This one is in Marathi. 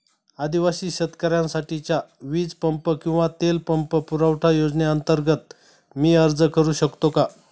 आदिवासी शेतकऱ्यांसाठीच्या वीज पंप किंवा तेल पंप पुरवठा योजनेअंतर्गत मी अर्ज करू शकतो का?